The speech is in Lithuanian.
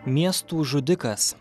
miestų žudikas